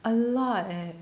a lot eh